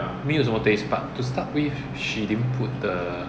没有什么 taste but to start with she didn't put the